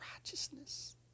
righteousness